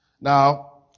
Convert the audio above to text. Now